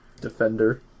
Defender